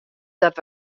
dat